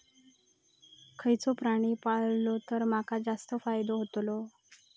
खयचो प्राणी पाळलो तर माका जास्त फायदो होतोलो?